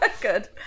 good